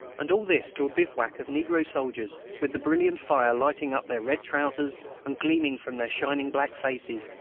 and all this to a bivouac of negro soldiers, with the brilliant fire lighting up their red trousers and gleaming from their shining black faces,